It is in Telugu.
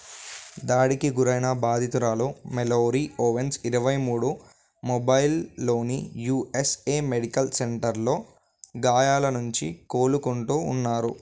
దాడికి గురైన బాధితురాలు మెల్లోరీ ఓవెన్స్ ఇరవై మూడు మొబైల్లోని యూఎస్ఏ మెడికల్ సెంటర్లో గాయాల నుంచి కోలుకుంటూ ఉన్నారు